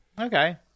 okay